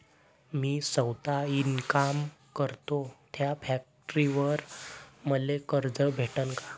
मी सौता इनकाम करतो थ्या फॅक्टरीवर मले कर्ज भेटन का?